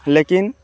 ଲେକିନ୍